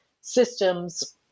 systems